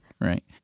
Right